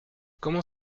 comment